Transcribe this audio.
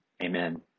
Amen